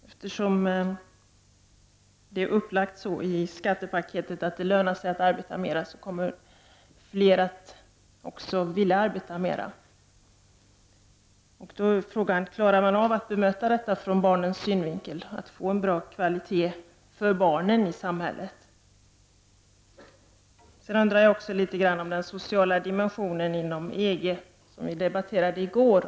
Eftersom det är upplagt så i skattepaketet att det lönar sig att arbeta mer, så kommer fler också att vilja arbeta mer. Då är frågan: Klarar man av att bemöta detta utifrån barnens synvinkel och få en bra kvalitet för barnen i samhället? Jag undrar också om vi kommer att få en öppen debatt kring den sociala dimensionen inom EG, som vi debatterade igår.